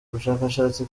ubushakashatsi